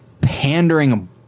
pandering